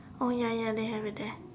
oh ya ya they have it there